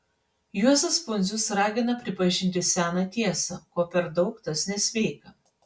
juozas pundzius ragina pripažinti seną tiesą ko per daug tas nesveika